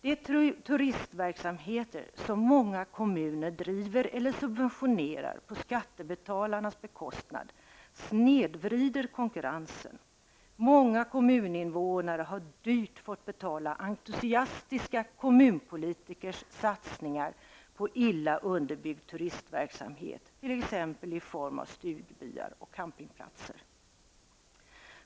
De turistverksamheter som många kommuner driver eller subventionerar på skattebetalarnas bekostnad snedvrider konkurrensen. Många kommuninvånare har dyrt fått betala entusiastiska kommunpolitikers satsningar på illa underbyggd turistverksamhet, t.ex. i form av stugbyar och campingplatser.